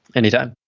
anytime